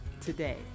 today